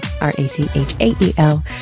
R-A-C-H-A-E-L